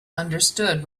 understood